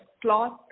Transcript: cloth